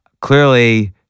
Clearly